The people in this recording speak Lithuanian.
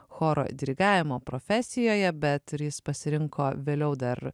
choro dirigavimo profesijoje bet ir jis pasirinko vėliau dar